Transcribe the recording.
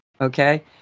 Okay